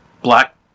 black